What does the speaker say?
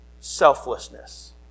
selflessness